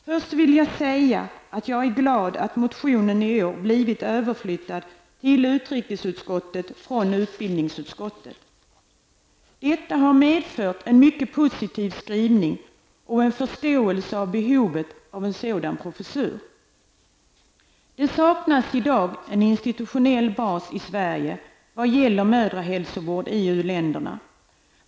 Först vill jag säga att jag är glad åt att motionen i år har blivit överflyttad till utrikesutskottet från utbildningsutskottet. Detta har medfört en mycket positiv skrivning och en förståelse för behovet av en sådan professur. Det saknas i dag en institutionell bas i Sverige vad gäller mödrahälsovård i u-länderna.